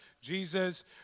Jesus